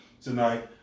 tonight